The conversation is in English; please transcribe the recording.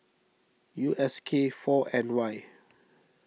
U S K four N Y